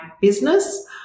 business